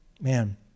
Man